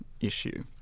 issue